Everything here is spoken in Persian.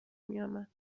میامد